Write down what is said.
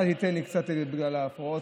אתה תיתן לי קצת, בגלל ההפרעות.